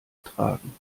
tragen